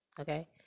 Okay